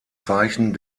zeichen